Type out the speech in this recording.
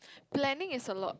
planning is a lot